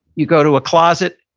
you go to a closet,